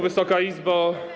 Wysoka Izbo!